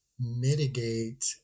mitigate